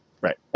right